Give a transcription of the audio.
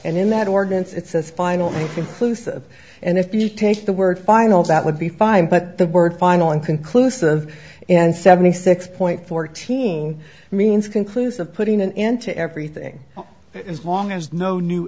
in that organs it says final conclusive and if you take the word final that would be fine but the word final inconclusive and seventy six point fourteen means conclusive putting an end to everything as long as no new